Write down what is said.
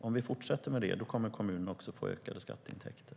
Om vi fortsätter med det kommer kommunerna också att få ökade skatteintäkter.